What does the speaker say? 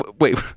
wait